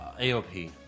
AOP